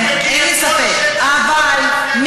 אני מכיר את כל שטח, ככף ידי.